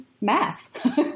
math